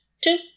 two